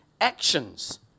actions